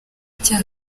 cya